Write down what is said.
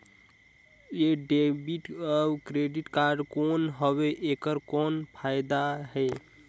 ये डेबिट अउ credit card कौन हवे एकर कौन फाइदा हे?